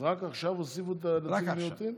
רק עכשיו הוסיפו את, למיעוטים?